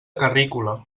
carrícola